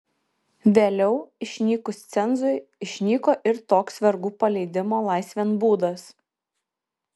vėliau išnykus cenzui išnyko ir toks vergų paleidimo laisvėn būdas